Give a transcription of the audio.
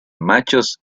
machos